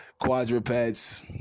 quadrupeds